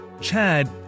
Chad